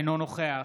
אינו נוכח